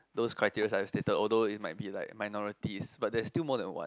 those criteria I have stated although it might be like minorities but they are still more than one